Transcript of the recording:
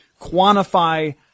quantify